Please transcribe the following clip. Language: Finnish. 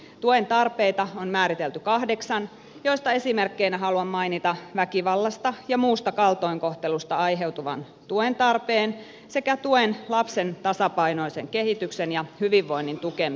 tuen tarpeita on määritelty kahdeksan joista esimerkkeinä haluan mainita väkivallasta ja muusta kaltoinkohtelusta aiheutuvan tuen tarpeen sekä lapsen tasapainoisen kehityksen ja hyvinvoinnin tukemisen